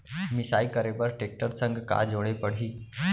मिसाई करे बर टेकटर संग का जोड़े पड़ही?